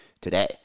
today